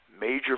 major